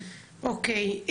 אוקיי.